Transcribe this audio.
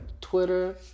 Twitter